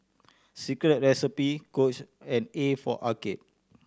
Secret Recipe Coach and A for Arcade